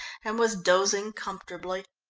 and was dozing comfortably.